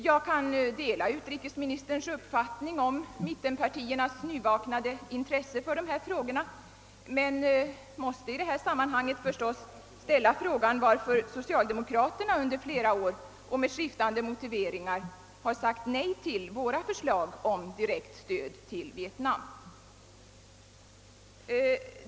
Jag kan dela utrikesministerns uppfattning om mittenpartiernas nyvaknade intresse för de här frågorna men måste i det sammanhanget förstås ställa frågan, varför socialdemokraterna under flera år och med skiftande motiveringar har sagt nej till våra förslag om direkt stöd till Vietnam.